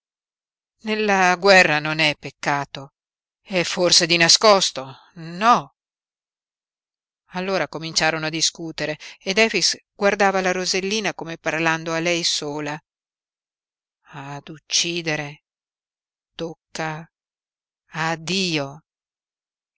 nella guerra non è peccato è forse di nascosto no allora cominciarono a discutere ed efix guardava la rosellina come parlando a lei sola ad uccidere tocca